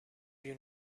you